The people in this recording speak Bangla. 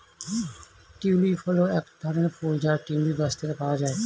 টিউলিপ হল এক ধরনের ফুল যা টিউলিপ গাছ থেকে পাওয়া যায়